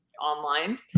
online